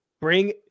Bring